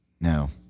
No